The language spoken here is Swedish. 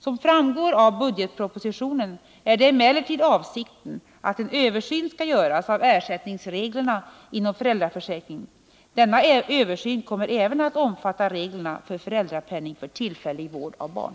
Som framgår av årets budgetproposition är det emellertid avsikten att en översyn skall göras av ersättningsreglerna inom föräldraförsäkringen. Denna översyn kommer även att omfatta reglerna för föräldrapenning för tillfällig vård av barn.